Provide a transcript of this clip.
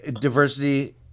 diversity